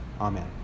Amen